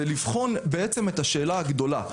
זה לבחון את השאלה הגדולה,